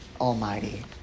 Almighty